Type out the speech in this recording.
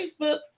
Facebook